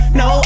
no